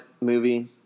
movie